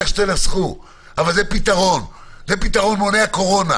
אבל זה פתרון מונע קורונה